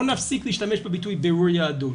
בואו נפסיק להשתמש בביטוי בירור יהדות